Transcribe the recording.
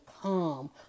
calm